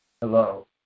Hello